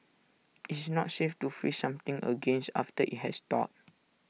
it's not safe to freeze something again after IT has thawed